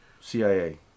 CIA